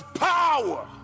power